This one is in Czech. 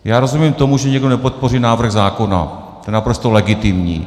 Já rozumím tomu, že někdo nepodpoří návrh zákona, to je naprosto legitimní.